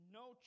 no